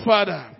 Father